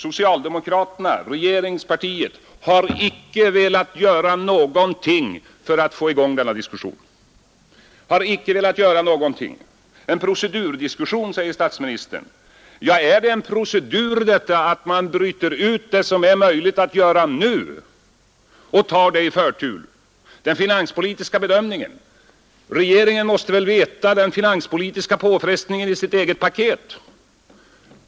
Socialdemokraterna, regeringspartiet, har icke velat göra något för att få i gång denna diskussion. Det är en procedurdiskussion, säger statsministern. Ja, är det en procedurfräga att man bryter ut det som är möjligt att göra nu och behandlar det med förtur? Beträffande den finanspolitiska bedömningen måste väl regeringen känna till vilken finanspolitisk påfrestning dess eget paket medför.